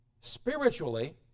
Spiritually